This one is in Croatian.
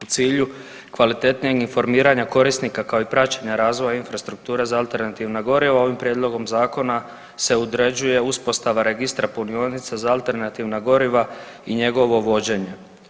U cilju kvalitetnijeg informiranja korisnika, kao i praćenje razvoja infrastrukture za alternativna goriva ovim prijedlogom Zakona se određuje uspostava registra punionica za alternativna goriva i njegovo vođenje.